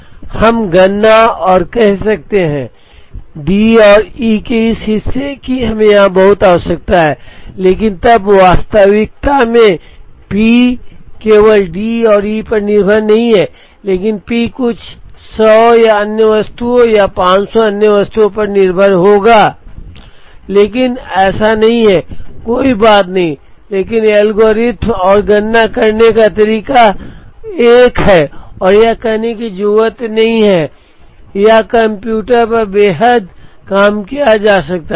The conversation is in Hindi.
हम गणना और कह सकते हैं डी और ई के इस हिस्से की हमें यहाँ बहुत आवश्यकता है लेकिन तब वास्तविकता में पी केवल डी और ई पर निर्भर नहीं है लेकिन पी कुछ 100 अन्य वस्तुओं या 500 अन्य वस्तुओं पर निर्भर होगा लेकिन ऐसा नहीं है कोई बात नहीं लेकिन एल्गोरिथ्म और गणना करने का तरीका एक ही है और यह कहने की ज़रूरत नहीं है कि यह कंप्यूटर पर बेहद काम किया जा सकता है